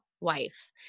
wife